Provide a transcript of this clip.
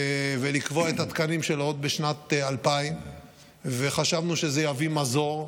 ולקבוע את התקנים שלו עוד בשנת 2000. חשבנו שזה יביא מזור.